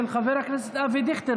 של חבר הכנסת אבי דיכטר.